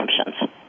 assumptions